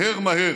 מהר מהר,